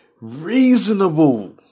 reasonable